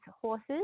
horses